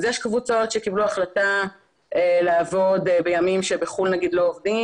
אז יש קבוצות שקיבלו החלטה לעבוד בימים שבחו"ל נגיד לא עובדים